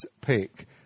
pick